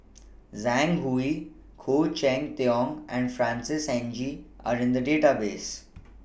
Zhang Hui Khoo Cheng Tiong and Francis N G Are in The Database